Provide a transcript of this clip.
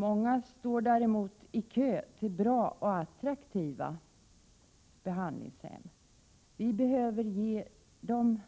Många står däremot i kö till bra och attraktiva behandlingshem. Vi behöver ge dessa människor